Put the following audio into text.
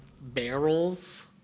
barrels